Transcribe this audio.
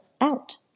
out